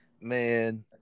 Man